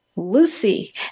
Lucy